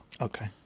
Okay